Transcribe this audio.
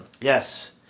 Yes